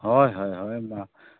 ᱦᱚᱭ ᱦᱚᱭ ᱦᱚᱭ ᱢᱟ